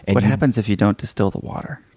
and what happens if you don't distill the water?